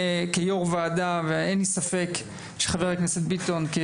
כיו"ר ועדה ואין לי ספק שחבר הכנסת ביטון,